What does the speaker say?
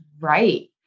Right